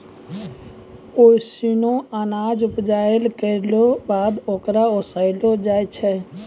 ओसौनी अनाज उपजाइला केरो बाद ओकरा ओसैलो जाय छै